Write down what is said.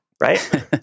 right